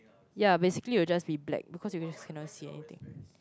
yeah basically it would just be black because you just cannot see anything